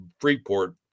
Freeport